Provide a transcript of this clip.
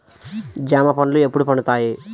జామ పండ్లు ఎప్పుడు పండుతాయి?